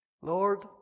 Lord